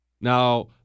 Now